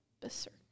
Berserk